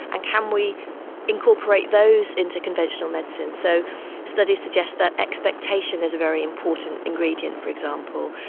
and can we incorporate those into conventional medicine? so studies suggest that expectation is a very important ingredient, for example.